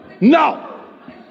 no